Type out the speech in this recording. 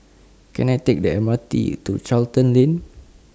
Can I Take The M R T to Charlton Lane